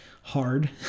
hard